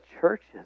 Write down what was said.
churches